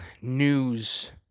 news